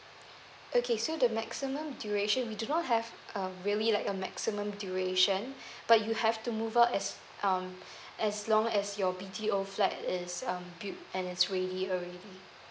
okay so the maximum duration we do not have um really like a maximum duration but you have to move out as um as long as your B_T_O flat is um built and it's really earning